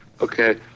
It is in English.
Okay